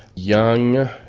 young,